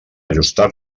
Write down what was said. ajustar